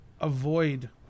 avoid